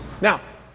Now